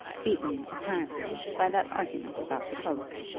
beaten, apparently, by that argument about the post.